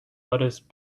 lettuce